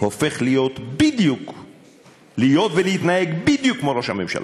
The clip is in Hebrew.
הופך להיות ולהתנהג בדיוק כמו ראש הממשלה,